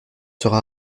sera